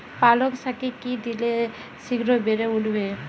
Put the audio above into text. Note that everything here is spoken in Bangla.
পালং শাকে কি দিলে শিঘ্র বেড়ে উঠবে?